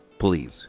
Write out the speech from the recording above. Please